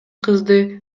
кызды